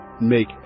make